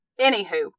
anywho